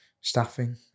Staffing